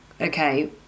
okay